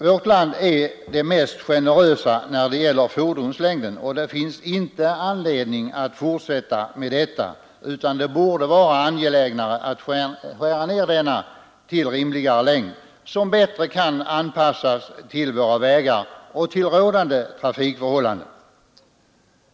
Vårt land är det mest generösa när det gäller fordonslängden, och det finns inte någon anledning att fortsätta därmed, utan det borde vara angelägnare att skära ned till en rimligare längd, som bättre kan anpassas till våra vägar och till rådande trafikförhållanden.